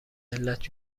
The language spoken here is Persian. علت